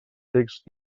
text